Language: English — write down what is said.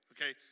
Okay